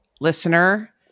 listener